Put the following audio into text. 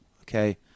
okay